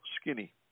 skinny